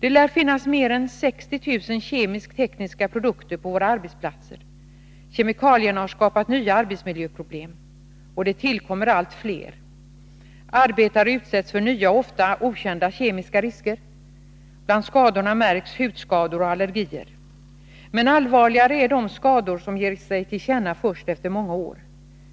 Det lär finnas mer än 60 000 kemisk-tekniska produkter på våra arbetsplatser. Kemikalierna har skapat nya arbetsmiljöproblem, och det tillkommer allt fler. Arbetare utsätts för nya och ofta okända kemiska risker. Bland skadorna märks hudskador och allergier. Men allvarligare är de skador som ger sig till känna först efter många år.